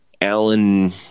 Alan